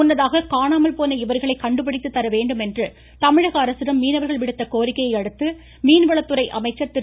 முன்னதாக காணாமல் போன இவர்களை கண்டுபிடித்து தர வேண்டும் என்று தமிழக அரசிடம் மீனவர்கள் விடுத்த கோரிக்கையை அடுத்து மீன்வளத்துறை அமைச்சர் திரு